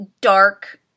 dark